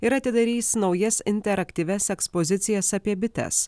ir atidarys naujas interaktyvias ekspozicijas apie bites